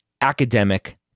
academic